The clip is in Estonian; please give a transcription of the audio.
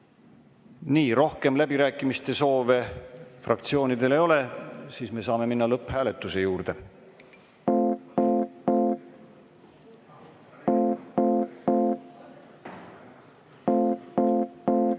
Nii, rohkem läbirääkimiste soovi fraktsioonidel ei ole. Siis me saame minna lõpphääletuse